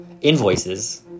invoices